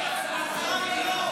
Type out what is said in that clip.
הדיון וההצבעה יהיו במועד אחר.